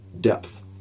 depth